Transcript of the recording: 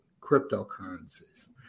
cryptocurrencies